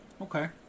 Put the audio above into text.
Okay